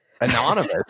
anonymous